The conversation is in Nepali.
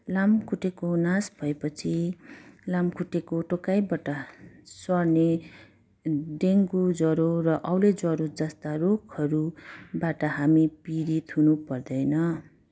लामखुट्टेको नाश भए पछि लामखुट्टेको टोकाइबाट सर्ने डेङ्गु ज्वरो र औले ज्वरो जस्ता रोगहरूबाट हामी पीडित हुनु पर्दैन